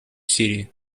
сирии